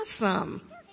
Awesome